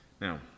Now